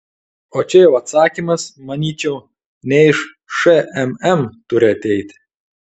o čia jau atsakymas manyčiau ne iš šmm turi ateiti